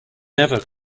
never